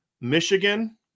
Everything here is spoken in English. Michigan